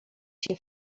się